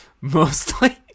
mostly